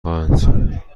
خواهند